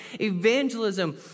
Evangelism